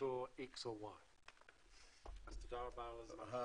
איתור X או Y. אז תודה רבה על הזמן שלכם.